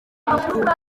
kumukorera